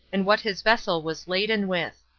and what his vessel was laden with.